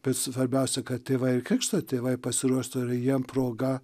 bet svarbiausia kad tėvai ir krikšto tėvai pasiruoštų jiem proga